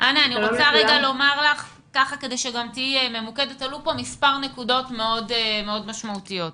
עלו כאן מספר נקודות מאוד משמעותיות.